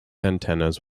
antennas